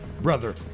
Brother